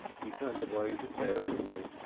he turned away despairingly,